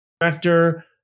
director